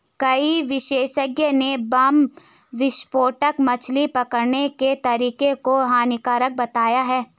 कई विशेषज्ञ ने बम विस्फोटक मछली पकड़ने के तरीके को हानिकारक बताया है